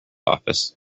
office